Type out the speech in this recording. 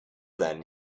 then